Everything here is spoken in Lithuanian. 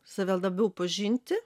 save labiau pažinti